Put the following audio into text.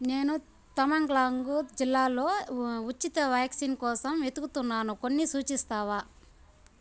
నేను తమెంగ్లాంగ్ జిల్లాలో ఉచిత వ్యాక్సిన్ కోసం వెతుకుతున్నాను కొన్ని సూచిస్తావా